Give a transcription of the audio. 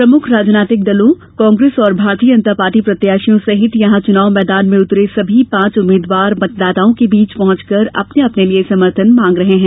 प्रमुख राजनैतिक दलों कांग्रेस और भारतीय जनता पार्टी प्रत्याशियों सहित यहां चुनाव मैदान में उतरे सभी पार्च उम्मीदवार मतदाताओं के बीच पहुंचकर अपने अपने लिए समर्थन मांग रहे हैं